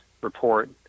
report